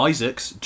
Isaacs